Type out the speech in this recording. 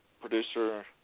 producer